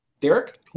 Derek